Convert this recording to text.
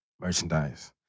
Merchandise